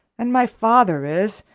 and my father is,